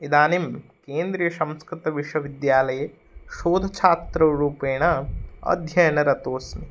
इदानीं केन्द्रियसंस्कृतविश्वविद्यालये शोधच्छात्ररूपेण अध्ययनरतोस्मि